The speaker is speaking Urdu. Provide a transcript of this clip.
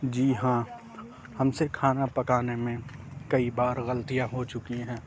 جی ہاں ہم سے کھانا پکانے میں کئی بار غلطیاں ہو چُکی ہیں